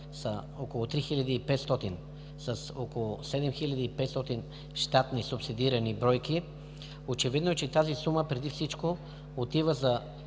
са около 3500 със 7500 щатни, субсидирани бройки, очевидно е, че тази сума, преди всичко отива за